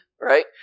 right